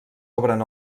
obren